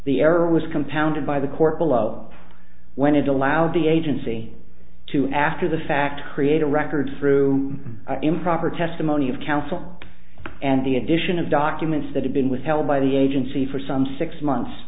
the error was compounded by the court below when it allowed the agency to after the fact create a record through improper testimony of counsel and the addition of documents that had been withheld by the agency for some six months